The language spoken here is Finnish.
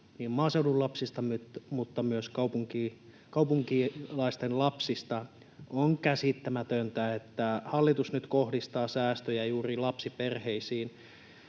maaseudun lapsista kuin myös kaupunkilaisten lapsista. On käsittämätöntä, että hallitus nyt kohdistaa säästöjä juuri lapsiperheisiin.